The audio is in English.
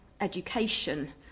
education